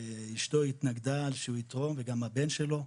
שאשתו התנגדה שהוא יתרום וגם הבן שלו.